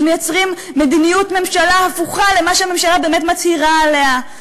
שמייצרים מדיניות ממשלה הפוכה למה שהממשלה באמת מצהירה עליה,